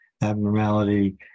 abnormality